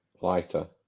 lighter